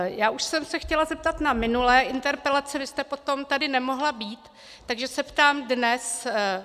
Já už jsem se chtěla zeptat na minulé interpelaci, vy jste potom tady nemohla být, takže se ptám dnes.